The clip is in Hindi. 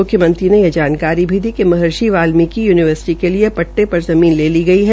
मुख्यमंत्री ने यह जानकारी भी दिया कि महर्षि वाल्मीकि यूर्निवर्सिटी के लिए पट्टे पर ज़मीन ले ली गई है